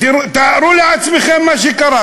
תארו לעצמכם מה שקרה.